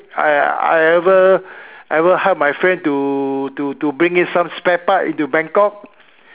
I I ever I ever help my friend to to bring in some spare parts into Bangkok